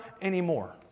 anymore